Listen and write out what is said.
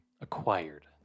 acquired